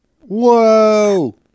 Whoa